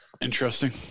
interesting